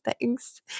thanks